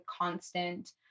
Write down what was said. constant